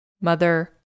mother